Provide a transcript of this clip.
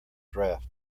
draft